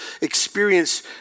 experience